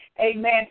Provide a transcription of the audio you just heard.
amen